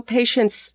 patients